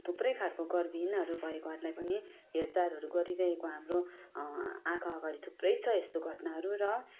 थुप्रै खालको घर विहीन भएको घरलाई पनि हेरचाहहरू गरिरहेको हाम्रो आँखा अगाडि थुप्रै छ यस्तो घटनाहरू र